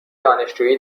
دانشجویی